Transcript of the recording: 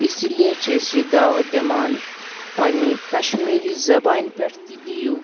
اِسی لیے چھِ أسۍ یہِ دعوت دِوان پنٛنی کشمیٖری زَبانہِ پٮ۪ٹھ تہِ دِیِو